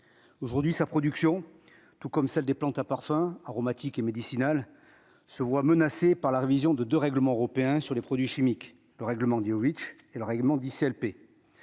aujourd'hui sa production, tout comme celle des plantes à parfum aromatiques et médicinales, se voit menacée par la révision de de règlement européen sur les produits chimiques, le règlement et le règlement 10 LP